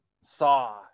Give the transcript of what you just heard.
saw